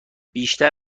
بیشتر